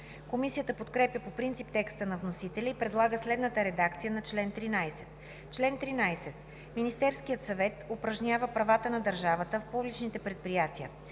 Комисията подкрепя по принцип текста на вносителя и предлага следната редакция на чл. 13: „Чл. 13. Министерският съвет упражнява правата на държавата в публичните предприятия.